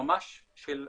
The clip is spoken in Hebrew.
ממש של חובה,